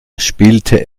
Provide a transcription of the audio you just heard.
spielte